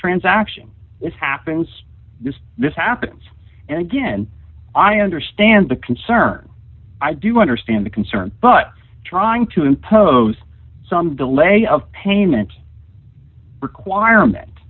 transaction this happens this happens and again i understand the concern i do understand the concern but trying to impose some delay of payment requirement